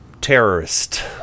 terrorist